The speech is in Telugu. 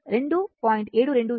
727 యాంపియర్